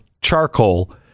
charcoal